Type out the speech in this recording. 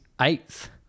eighth